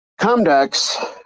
Comdex